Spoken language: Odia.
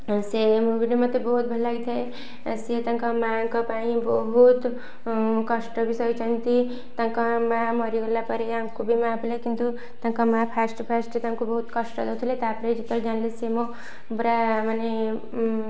ସେ ମୁଭିଟା ମତେ ବହୁତ ଭଲ ଲାଗିଥାଏ ସିଏ ତାଙ୍କ ମାଆଙ୍କ ପାଇଁ ବହୁତ କଷ୍ଟ ବି ସହିଛନ୍ତି ତାଙ୍କ ମାଆ ମରିଗଲା ପରେ ଆଙ୍କୁ ବି ମାଆ କିନ୍ତୁ ତାଙ୍କ ମାଆ ଫାଷ୍ଟ ଫାଷ୍ଟେ ତାଙ୍କୁ ବହୁତ କଷ୍ଟ ଦଉଥିଲେ ତା'ପରେ ଯେତେବେଳେ ଜାଣିଲେ ସେ ମୋ ପରା ମାନେ